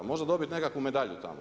Može dobiti nekakvu medalju tamo.